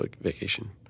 vacation